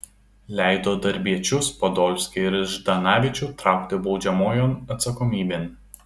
leido darbiečius podolskį ir ždanavičių traukti baudžiamojon atsakomybėn